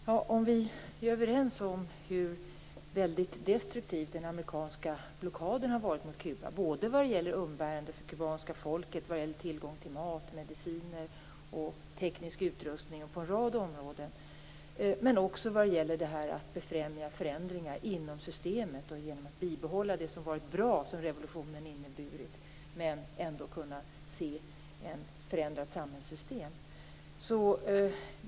Herr talman! Vi är överens om hur väldigt destruktiv den amerikanska blockaden mot Kuba har varit. Det har inneburit umbäranden för det kubanska folket vad gäller tillgång till mat, mediciner och teknisk utrustning på en rad områden men också när det gäller att befrämja förändringar inom systemet genom att bibehålla det som var bra med revolutionen men ändå se ett förändrat samhällssystem.